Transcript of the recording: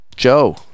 Joe